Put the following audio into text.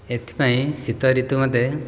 ଏଥିପାଇଁ ଶୀତଋତୁ ମୋତେ